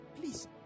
Please